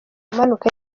amanuka